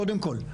קודם כל,